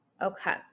Okay